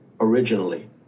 originally